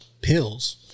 pills